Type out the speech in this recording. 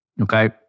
Okay